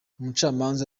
umucamanza